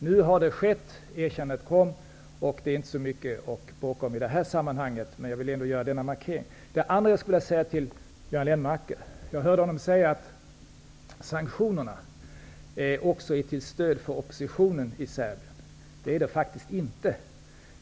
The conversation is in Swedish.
Nu har erkännandet skett, och det är inte så mycket att bråka om i det här sammanhanget, men jag vill ändå göra denna markering. Sedan hörde jag Göran Lennmarker säga att sanktionerna också är till stöd för oppositionen i Serbien. Det är de faktiskt inte.